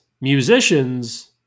musicians